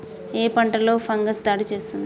ఏ పంటలో ఫంగస్ దాడి చేస్తుంది?